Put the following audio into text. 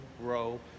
grow